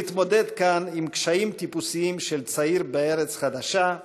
הוא התמודד כאן עם קשיים טיפוסיים של צעיר בארץ חדשה,